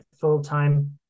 full-time